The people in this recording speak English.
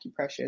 acupressure